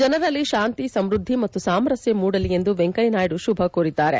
ಜನರಲ್ಲಿ ಶಾಂತಿ ಸಮ್ನದ್ಲಿ ಮತ್ತು ಸಾಮರಸ್ನ ಮೂಡಲಿ ಎಂದು ವೆಂಕಯ್ದನಾಯ್ತು ಶುಭ ಕೋರಿದ್ದಾರೆ